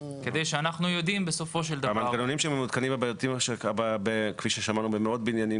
כדי שנדע --- המנגנונים שכבר מותקנים במאות בניינים